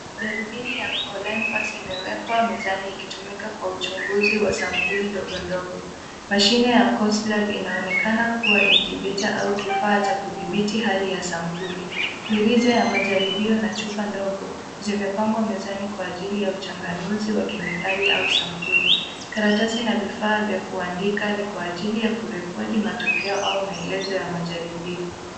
Darubini ya (cs)Coal Lime Pass(cs) imewekwa mezani, ikitumika kwa uchunguzi wa sampuli ndogo ndogo. (cs0Mashine(cs) ya (cs)Coal Slab(cs) inaonekana kuwa (cs)incubator(cs) au kifaa cha kudhibiti hali ya sampuli. Mirija ya majaribio na chupa ndogo zimepangwa mezani kwa ajili ya uchanganuzi wa kikemikali wa sampuli. Karatasi na vifaa vya kuandikia ni kwa ajili ya kurekodi matokeo au maelezo ya majaribio.